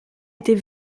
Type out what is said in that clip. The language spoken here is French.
était